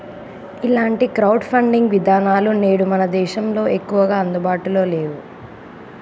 ఇలాంటి crowd funding విధానాలు నేడు మన దేశంలో ఎక్కువగా అందుబాటులో నేవు